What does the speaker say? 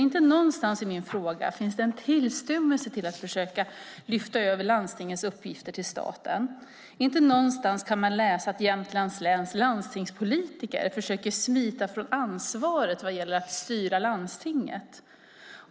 Inte någonstans i min fråga finns en tillstymmelse till att försöka lyfta över landstingens uppgifter till staten. Inte någonstans kan man läsa att Jämtlands läns landstingspolitiker försöker smita från ansvaret att styra landstinget.